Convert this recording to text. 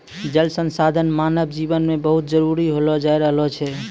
जल संसाधन मानव जिवन मे बहुत जरुरी होलो जाय रहलो छै